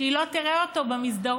שהיא לא תראה אותו במסדרון.